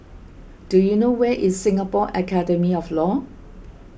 do you know where is Singapore Academy of Law